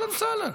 אהלן וסהלן.